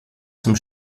zum